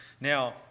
Now